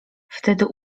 wtedy